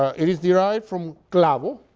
ah it is derived from clavo,